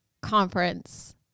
conference